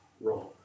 wrong